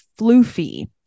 floofy